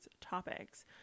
topics